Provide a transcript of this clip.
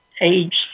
age